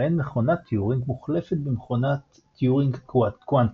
בהן מכונת טיורינג מוחלפת במכונת טיורינג קוונטית.